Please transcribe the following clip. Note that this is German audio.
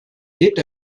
lebt